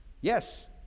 Yes